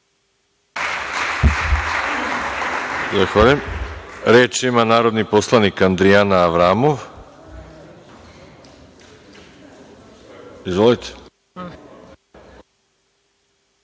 Reč ima narodni poslanik Andrijana Avramov.